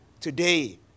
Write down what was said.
today